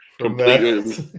Complete